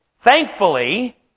Thankfully